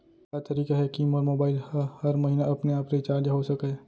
का तरीका हे कि मोर मोबाइल ह हर महीना अपने आप रिचार्ज हो सकय?